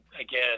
again